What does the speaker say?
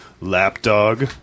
lapdog